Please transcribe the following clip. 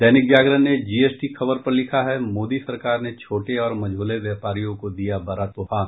दैनिक जागरण ने जीएसटी खबर पर लिखा है मोदी सरकार ने छोटे और मझोले व्यापारियों को दिया बड़ा तोहफा